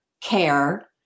care